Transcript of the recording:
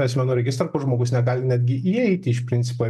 asmenų registrą kur žmogus negali netgi įeiti iš principo į